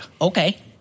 Okay